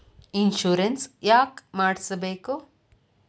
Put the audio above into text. Insurance ಯಾಕ್ ಮಾಡಿಸಬೇಕು?